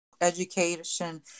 education